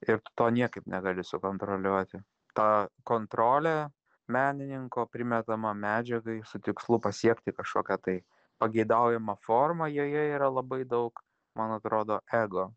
ir tu to niekaip negali sukontroliuoti ta kontrolė menininko primetama medžiagai su tikslu pasiekti kažkokią tai pageidaujamą formą joje yra labai daug man atrodo ego